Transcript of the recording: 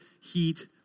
heat